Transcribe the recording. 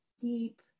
deep